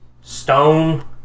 stone